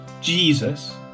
Jesus